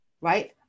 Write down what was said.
right